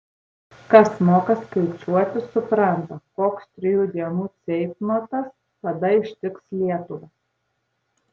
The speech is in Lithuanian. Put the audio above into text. kas moka skaičiuoti supranta koks trijų dienų ceitnotas tada ištiks lietuvą